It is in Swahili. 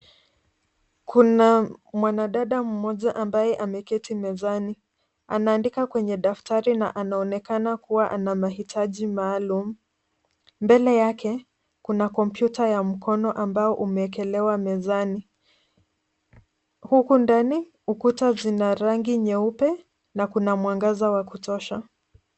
Kuna mwanadada mmoja ambaye ameketi mezani. Anaandika kwenye daftari na anaonekana kuwa ana mahitaji maalum. Mbele yake, kuna kompyuta ya mkono ambayo umeekelewa mezani huku ndani Kuta zina rangi nyeupe n akina mwangaza wa kutosha.